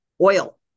oil